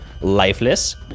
lifeless